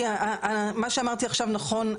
כי מה שאמרתי עכשיו נכון,